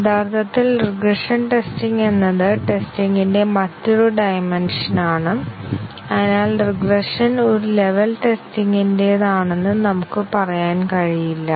യഥാർത്ഥത്തിൽ regression testing എന്നത് ടെസ്റ്റിംഗിന്റെ മറ്റൊരു ഡൈമെൻഷൻ ആണ് അതിനാൽ റിഗ്രഷൻ ഒരു ലെവൽ ടെസ്റ്റിംഗിന്റേതാണെന്ന് നമുക്ക് പറയാൻ കഴിയില്ല